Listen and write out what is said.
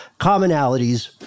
commonalities